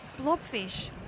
blobfish